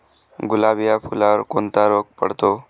गुलाब या फुलावर कोणता रोग पडतो?